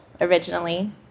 originally